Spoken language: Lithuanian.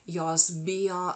jos bijo